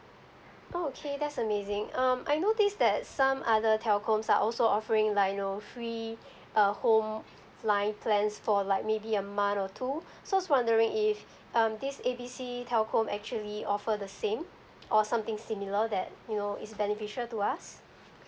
oh okay that's amazing um I noticed that some other telecoms are also offering like you know free err home line plans for like maybe a month or two so I was wondering if um this A B C telecom actually offer the same or something similar that you know it's beneficial to us